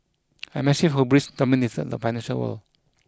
a massive hubris dominated the financial world